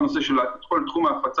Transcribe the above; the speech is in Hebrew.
שכל נושא של תחום ההפצה